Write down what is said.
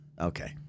okay